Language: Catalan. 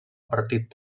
partit